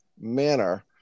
manner